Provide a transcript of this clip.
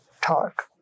talk